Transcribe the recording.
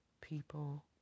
people